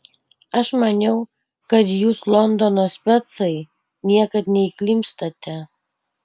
aš maniau kad jūs londono specai niekad neįklimpstate